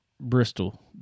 Bristol